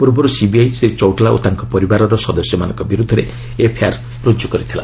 ପୂର୍ବରୁ ସିବିଆଇ ଶ୍ରୀ ଚୌଟାଲା ଓ ତାଙ୍କ ପରିବାରର ସଦସ୍ୟମାନଙ୍କ ବିରୁଦ୍ଧରେ ଏଫ୍ଆଇଆର୍ ରୁଜୁ କରିଥିଲା